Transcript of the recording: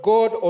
God